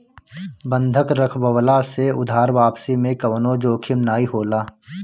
बंधक रखववला से उधार वापसी में कवनो जोखिम नाइ होला